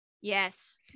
Yes